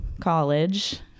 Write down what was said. college